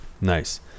Nice